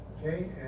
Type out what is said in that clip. Okay